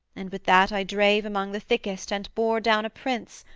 and with that i drave among the thickest and bore down a prince,